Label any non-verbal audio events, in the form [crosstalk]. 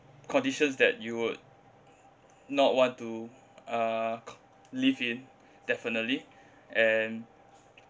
conditions that you would not want to uh [noise] live in definitely and